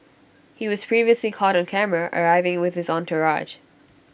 he was previously caught on camera arriving with his entourage